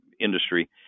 industry